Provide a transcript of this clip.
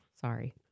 Sorry